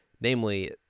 Namely